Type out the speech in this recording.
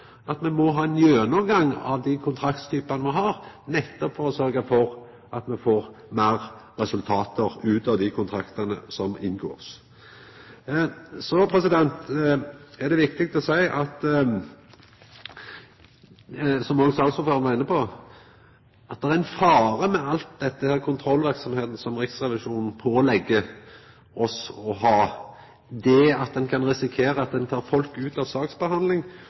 ein gjennomgang av dei kontraktstypane me har, nettopp for å sørgja for at me får meir resultat ut av dei kontraktane som blir inngått. Så er det viktig å seia, som òg saksordføraren var inne på, at det er ein fare med all den kontrollverksemda som Riksrevisjonen pålegg oss å ha, når ein kan risikera at ein tek folk ut av